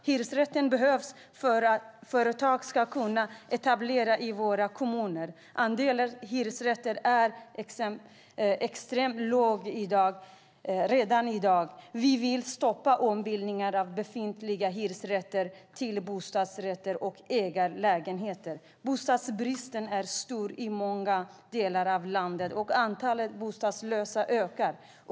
Hyresrätten behövs för att företag ska kunna etablera sig i våra kommuner. Andelen hyresrätter är extremt låg redan i dag. Vi vill stoppa ombildningar av befintliga hyresrätter till bostadsrätter och ägarlägenheter. Bostadsbristen är stor i många delar av landet, och antalet bostadslösa ökar.